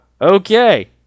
Okay